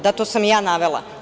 Da, to sam i ja navela.